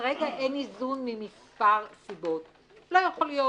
כרגע אין איזון ממספר סיבות: לא יכול להיות